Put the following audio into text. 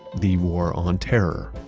the war on terror.